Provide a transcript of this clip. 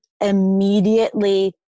immediately